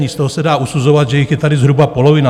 Z toho se dá usuzovat, že jich je tady zhruba polovina.